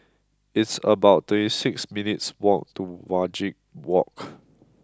it's about twenty six minutes' walk to Wajek Walk